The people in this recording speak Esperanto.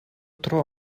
tro